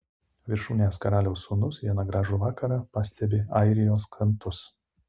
viršūnės karaliaus sūnus vieną gražų vakarą pastebi airijos krantus